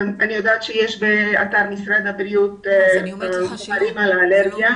אני יודעת שבאתר משרד הבריאות יש חומר על אלרגיה.